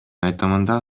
айтымында